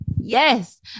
Yes